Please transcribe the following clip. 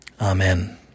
Amen